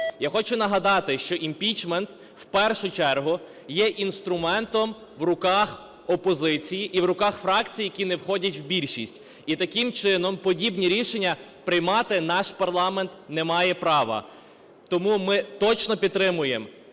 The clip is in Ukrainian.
Я хочу нагадати, що імпічмент в першу чергу є інструментом в руках опозиції і в руках фракцій, які не входять в більшість. І таким чином подібні рішення приймати наш парламент не має права. Тому ми точно підтримаємо